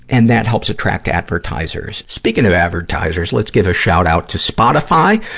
and that helps attract advertisers. speaking of advertisers, let's give a shout-out to spotify.